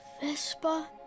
Vespa